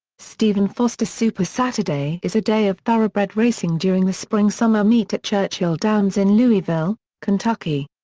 stephen foster super saturday is a day of thoroughbred racing during the spring summer meet at churchill downs in louisville, kentucky.